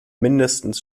mindestens